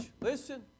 listen